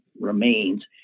remains